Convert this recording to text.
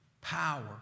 power